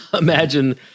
imagine